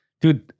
dude